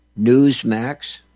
Newsmax